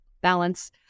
balance